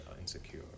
insecure